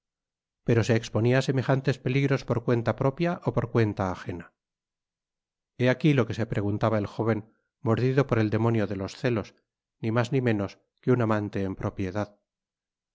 pero se exponía á semejantes peligros por cuenta propia ó por cuenta agena hé aquí lo que se preguntaba el jóven mordido por el demonio de los celos ni mas ni menos que un amante en propiedad